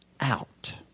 out